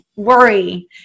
worry